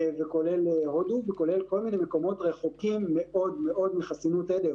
כולל הודו וכולל כל מיני מקומות רחוקים מאוד מאדו מחסינות עדר.